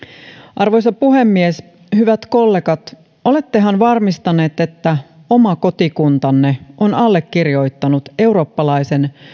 arvoisa puhemies hyvät kollegat olettehan varmistaneet että oma kotikuntanne on allekirjoittanut eurooppalaisen